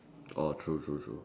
orh true true true